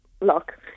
look